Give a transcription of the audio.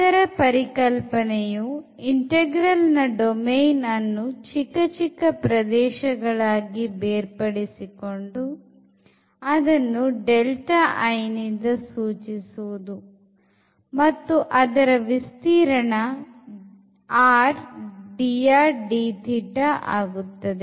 ಅದರ ಪರಿಕಲ್ಪನೆಯು ಇಂಟೆಗ್ರಲ್ ನ ಡೊಮೇನ್ಯನ್ನು ಚಿಕ್ಕ ಚಿಕ್ಕ ಪ್ರದೇಶಗಳಾಗಿ ಬೇರ್ಪಡಿಸಿಕೊಂಡು ಅದನ್ನು ಡೆಲ್ಟಾ i ನಿಂದ ಸೂಚಿಸುವುದು ಮತ್ತು ಅದರ ವಿಸ್ತೀರ್ಣ r dr dθ ಆಗುತ್ತದೆ